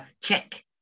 check